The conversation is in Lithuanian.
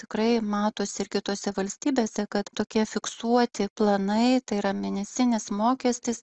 tikrai matosi ir kitose valstybėse kad tokie fiksuoti planai tai yra mėnesinis mokestis